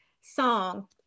song